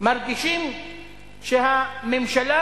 מרגישים שהממשלה